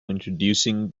introducing